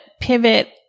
pivot